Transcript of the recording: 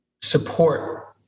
support